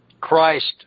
Christ